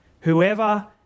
whoever